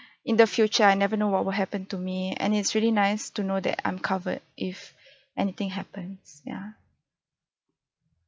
in the future I never know what will happen to me and it's really nice to know that I'm covered if anything happens ya